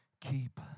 keep